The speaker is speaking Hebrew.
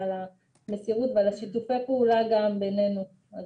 המסירות ועל שיתופי הפעולה גם בינינו.